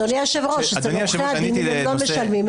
אצל עורכי הדין אם לא משלמים,